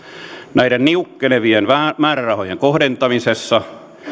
näiden niukkenevien määrärahojen kohdentamisessa